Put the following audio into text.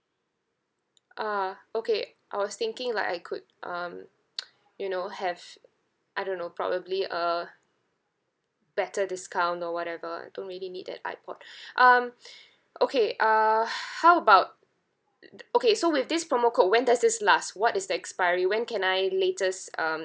ah okay I was thinking like I could um you know have I don't know probably a better discount or whatever I don't really need that ipod um okay uh how about uh okay so with this promo code when does this last what is the expiry when can I latest um